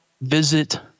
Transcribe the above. visit